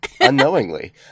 unknowingly